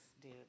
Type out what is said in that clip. dude